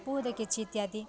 ବହୁତ କିଛି ଇତ୍ୟାଦି